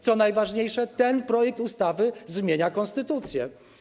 Co najważniejsze, ten projekt ustawy zmienia konstytucję.